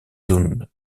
zones